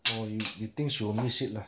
oh you think she will miss it lah